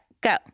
go